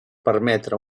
permetre